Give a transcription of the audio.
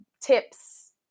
tips